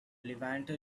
levanter